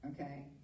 Okay